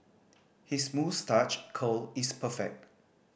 his moustache curl is perfect